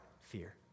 fear